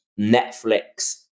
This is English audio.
Netflix